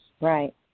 Right